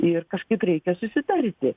ir kažkaip reikia susitarti